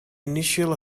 initial